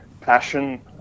passion